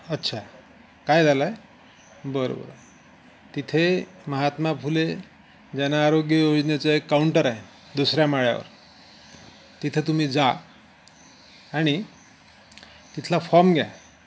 अच्छा काय झालं आहे बरं बरं तिथे महात्मा फुले जन आरोग्य योजनेचं एक काउंटर आहे दुसऱ्या माळ्यावर तिथे तुम्ही जा आणि तिथला फॉम घ्या